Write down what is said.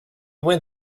went